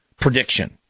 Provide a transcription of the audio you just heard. prediction